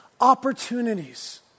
opportunities